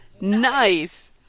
Nice